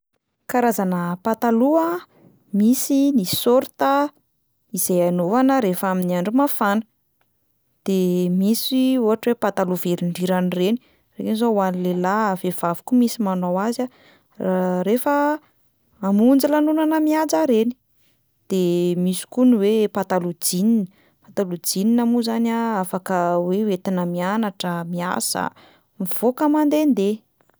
Karazana pataloha: misy ny short a izay anaovana rehefa amin'ny andro mafana, de misy ohatra hoe pataloha velondrirana reny, reny zao ho an'ny lehilahy, vehivavy koa misy manao azy a rehefa hamonjy lanonana mihaja reny, de misy koa ny hoe pataloha jeans, pataloha jeans moa zany a afaka hoe ho entina mianatra, miasa, mivoaka mandehandeha.